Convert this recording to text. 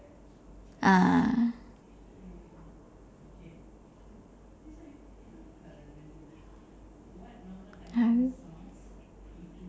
ah